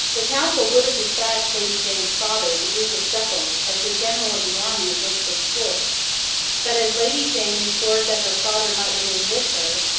the council would have despatched lady jane's father, the duke of suffolk, as the general of the army against this force but, as lady jane implored that her father might remain with her,